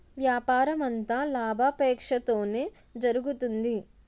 వ్యాపారమంతా లాభాపేక్షతోనే జరుగుతుంది